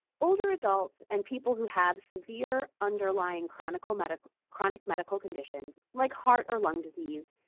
older adults and people who have severe underlying chronic medical chronic medical conditions, like heart or lung disease,